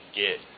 get